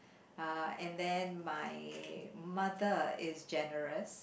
uh and then my mother is generous